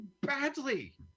badly